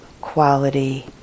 quality